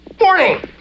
Morning